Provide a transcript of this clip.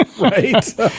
Right